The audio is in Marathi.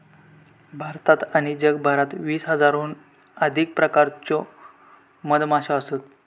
भारतात आणि जगभरात वीस हजाराहून अधिक प्रकारच्यो मधमाश्यो असत